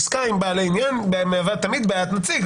בעסקה עם בעלי עניין תמיד בעיית נציג,